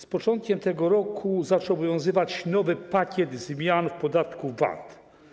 Z początkiem tego roku zaczął obowiązywać nowy pakiet zmian w podatku VAT.